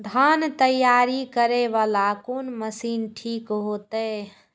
धान तैयारी करे वाला कोन मशीन ठीक होते?